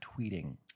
tweeting